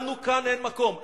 לנו כאן אין מקום.